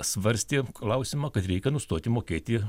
svarstė klausimą kad reikia nustoti mokėti